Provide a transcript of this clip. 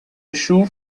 شور